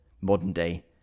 modern-day